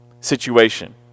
situation